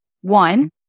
one